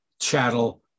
chattel